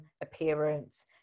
appearance